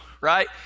right